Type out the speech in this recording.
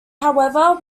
however